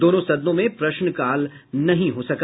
दोनों सदनों में प्रश्नकाल नहीं हो सका